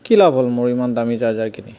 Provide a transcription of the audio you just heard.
কি লাভ হ'ল মোৰ ইমান দামী চাৰ্জাৰ কিনি